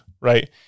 right